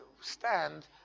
stand